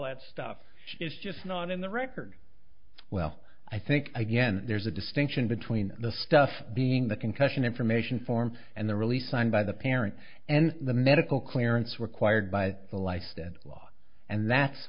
that stuff it's just not in the record well i think again there's a distinction between the stuff being the concussion information form and the release signed by the parent and the medical clearance required by the license law and that's